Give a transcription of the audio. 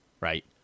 right